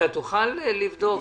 אתה תוכל לבדוק?